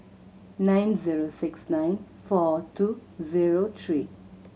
nine zero six nine four two zero three